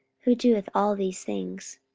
who doeth all these things.